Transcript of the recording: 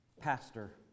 pastor